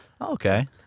Okay